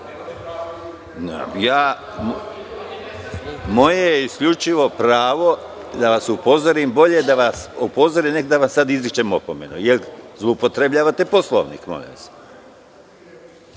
je isključivo pravo da vas upozorim, bolje da vas upozorim, nego da vam sada izričem opomenu, jer zloupotrebljavate Poslovnik. Da